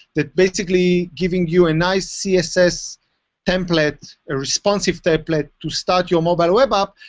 they're basically giving you a nice css template, a responsive template to start your mobile web app.